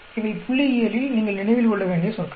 இவை புள்ளியியலில் நீங்கள் நினைவில் கொள்ள வேண்டிய சொற்கள்